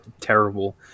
terrible